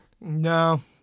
No